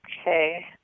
Okay